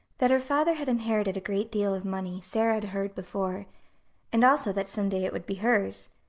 that her father had inherited a great deal of money, sara had heard before and also that some day it would be hers,